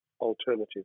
alternative